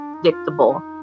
predictable